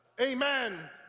amen